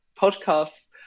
podcasts